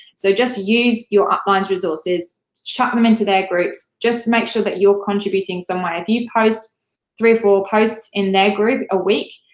so just use your upline's resources. chuck them into their groups. just make sure that you're contributing in some way. if you post three or four posts in their group a week,